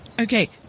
Okay